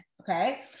okay